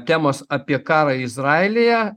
temos apie karą izraelyje